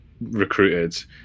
recruited